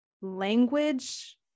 language